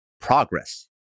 Progress